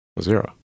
Zero